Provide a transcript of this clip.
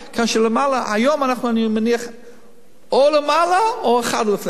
היום אני מניח שאנחנו או למעלה או אחד לפני הראשון,